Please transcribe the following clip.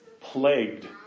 plagued